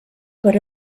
per